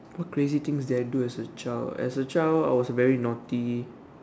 what crazy things did I do as a child as a child I was very naughty